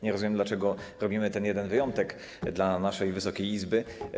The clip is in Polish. Nie rozumiem, dlaczego robimy ten wyjątek dla naszej Wysokiej Izby.